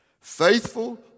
faithful